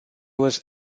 was